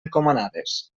encomanades